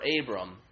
abram